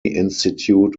institute